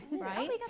right